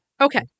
Okay